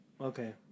Okay